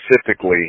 specifically